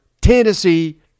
Tennessee